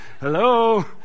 hello